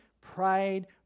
pride